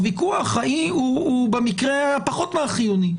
הוויכוח הוא במקרה פחות מהחיוני,